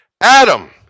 Adam